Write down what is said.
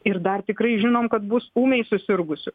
ir dar tikrai žinom kad bus ūmiai susirgusių